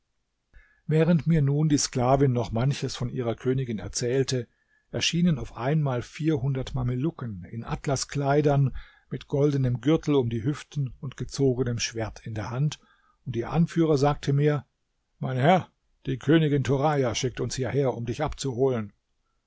während mir nun die sklavin noch manches von ihrer königin erzählte erschienen auf einmal vierhundert mamelucken in atlaskleidern mit goldenem gürtel um den hüften und gezogenem schwert in der hand und ihr anführer sagte mir mein herr die königin turaja schickt uns hierher um dich abzuholen